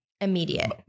immediate